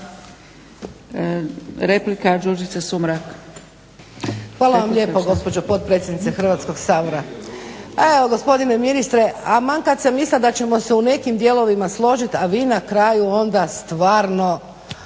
**Sumrak, Đurđica (HDZ)** Hvala vam lijepo gospođo potpredsjednice Hrvatskog sabora. A evo gospodine ministre taman kad sam mislila da ćemo se u nekim dijelovima složit a vi na kraju onda stvarno